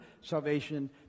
salvation